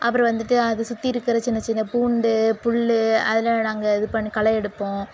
அப்புறம் வந்துட்டு அது சுற்றி இருக்கிற சின்ன சின்ன பூண்டு புல் அதெல்லாம் நாங்கள் இது பண்ணி களை எடுப்போம்